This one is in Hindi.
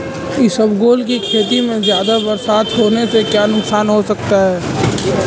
इसबगोल की खेती में ज़्यादा बरसात होने से क्या नुकसान हो सकता है?